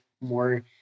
more